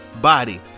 body